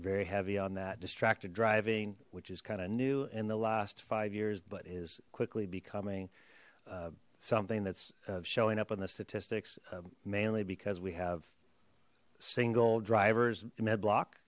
very heavy on that distracted driving which is kind of new in the last five years but is quickly becoming something that's showing up on the statistics mainly because we have single drivers mid block